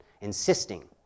insisting